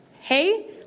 Hey